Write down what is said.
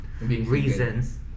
reasons